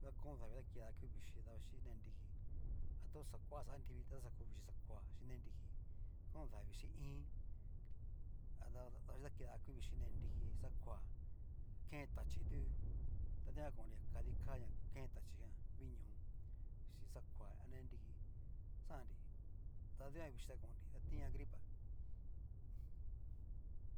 Nakon davii ta kida ku vichii davaxhichi né nriki, ta to xa kua xa anrivii toda xa ku vichíi xakoa chin né nriki, kon davii chín ínn, adava davaxhichi ta kida ku vichíi ne nriki, xakoa kene tachí tu ta dikan konri kadi ká na kene tachíjan, viño xin xakoa a ne nriki, xandri ta dikan vichí ta kon'nri, ta tinña gripa.